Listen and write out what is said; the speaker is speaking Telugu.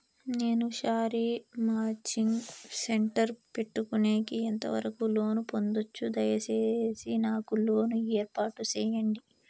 నేను శారీ మాచింగ్ సెంటర్ పెట్టుకునేకి ఎంత వరకు లోను పొందొచ్చు? దయసేసి నాకు లోను ఏర్పాటు సేయండి?